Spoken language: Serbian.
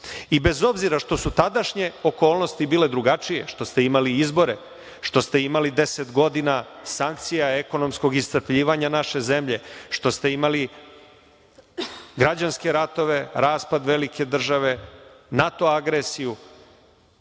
I bez obzira što su tadašnje okolnosti bile drugačije, što ste imali izbore, što ste imali 10 godina sankcija, ekonomskog iscrpljivanja naše zemlje, što ste imali građanske ratove, raspad velike države, NATO agresiju,